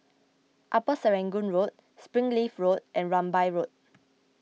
Upper Serangoon Road Springleaf Road and Rambai Road